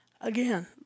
Again